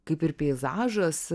kaip ir peizažas